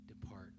depart